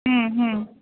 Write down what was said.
হুম হুম